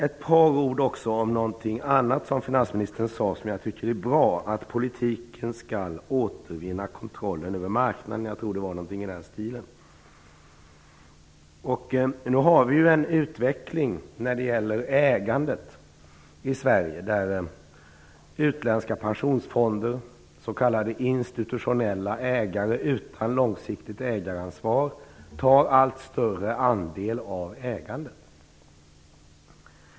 Jag vill också säga ett par ord om något annat som finansministern sade och som jag tycker är bra, nämligen att politiken skall återvinna kontrollen över marknaden, eller något liknande. Nu har vi en utveckling när det gäller ägandet i Sverige där utländska pensionsfonder, s.k. institutionella ägare utan långsiktigt ägaransvar, tar allt större andel av ägandet.